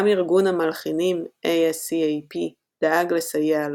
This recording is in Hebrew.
גם ארגון המלחינים ASCAP דאג לסייע לו,